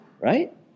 right